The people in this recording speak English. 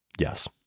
Yes